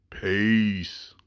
Peace